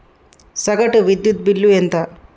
సగటు విద్యుత్ బిల్లు ఎంత?